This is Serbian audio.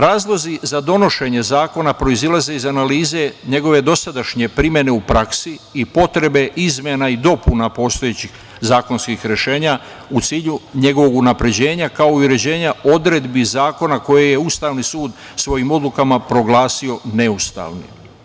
Razlozi za donošenje zakona proizilaze iz analize njegove dosadašnje primene u praksi i potrebe izmena i dopuna na postojeća zakonska rešenja u cilju njegovog unapređenja, kao i uređenja odredbi zakona koje je Ustavni sud svojim odlukama proglasio neustavnim.